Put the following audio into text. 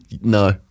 No